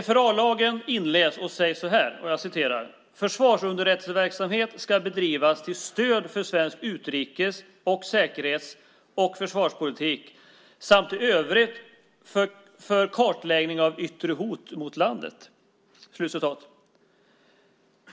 FRA-lagen inleds så här: Försvarsunderrättelseverksamhet skall bedrivas till stöd för svensk utrikes och säkerhets och försvarspolitik samt i övrigt för kartläggning av yttre hot mot landet.